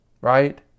right